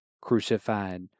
crucified